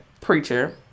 preacher